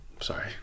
sorry